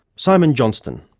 simon johnston.